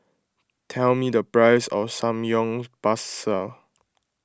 tell me the price of Samgyeopsal